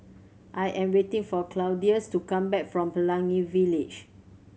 I am waiting for Claudius to come back from Pelangi Village